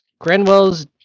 Grenwell's